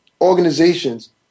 organizations